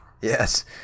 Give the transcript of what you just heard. Yes